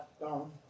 gone